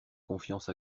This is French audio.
confiance